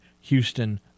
Houston